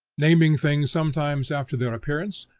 naming things sometimes after their appearance,